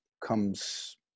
comes